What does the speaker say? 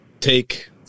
take